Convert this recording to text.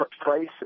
price